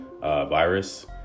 virus